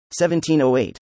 1708